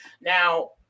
Now